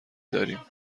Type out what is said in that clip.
دادیم